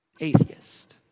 Atheist